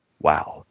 Wow